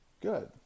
Good